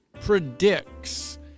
predicts